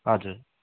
हजुर